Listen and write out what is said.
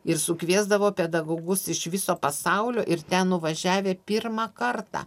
ir sukviesdavo pedagogus iš viso pasaulio ir ten nuvažiavę pirmą kartą